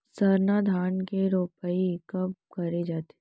सरना धान के रोपाई कब करे जाथे?